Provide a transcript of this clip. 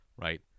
right